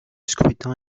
scrutin